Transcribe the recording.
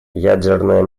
ядерное